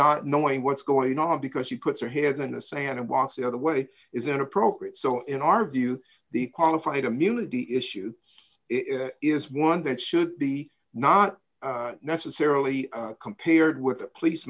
not knowing what's going on because you put their heads and the sand and watch the other way is inappropriate so in our view the qualified immunity issue is one that should be not necessarily compared with police